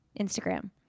Instagram